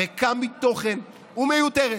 ריקה מתוכן ומיותרת.